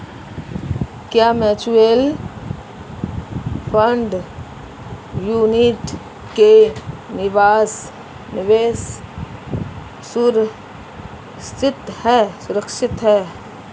क्या mutual fund unit में निवेश सुरक्षित है?